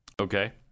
Okay